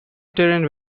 terrain